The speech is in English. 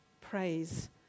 praise